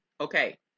Okay